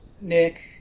Nick